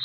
I